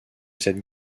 cette